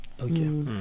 Okay